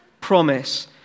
promise